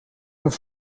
ook